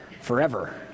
forever